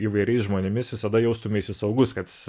įvairiais žmonėmis visada jaustumeisi saugus kad